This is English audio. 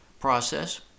process